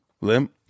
limp